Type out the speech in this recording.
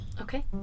Okay